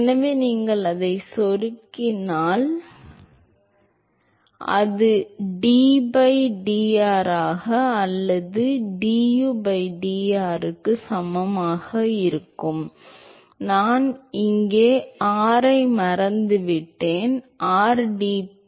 எனவே நீங்கள் அதைச் செருகினால் அது d by dr அல்லது du by dr க்கு சமமாக இருக்கும் நான் இங்கே r ஐ மறந்துவிட்டேன் rdp by dx